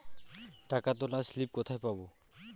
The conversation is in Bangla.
টাকা তোলার স্লিপ কোথায় পাব?